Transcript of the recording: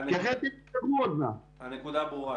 כי אחרת --- הנקודה ברורה.